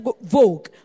Vogue